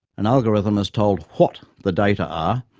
an algorithm is told what the data are,